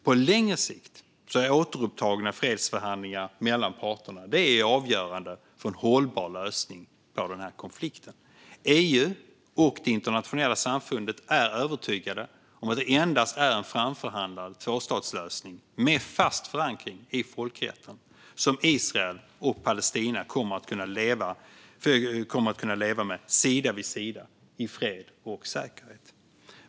På längre sikt är återupptagna fredsförhandlingar mellan parterna avgörande för en hållbar lösning på denna konflikt. EU och det internationella samfundet är övertygade om att det endast är genom en framförhandlad tvåstatslösning med fast förankring i folkrätten som Israel och Palestina kommer att kunna leva sida vid sida i fred och säkerhet.